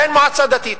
אין מועצה דתית.